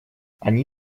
они